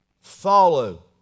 Follow